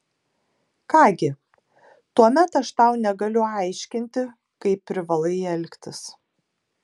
ką gi tuomet aš tau negaliu aiškinti kaip privalai elgtis